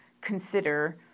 consider